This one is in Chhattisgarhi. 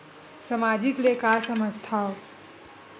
सामाजिक ले का समझ थाव?